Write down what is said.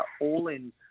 all-in